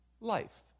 life